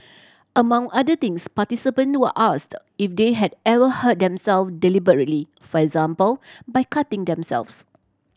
among other things participant were asked if they had ever hurt themselves deliberately for example by cutting themselves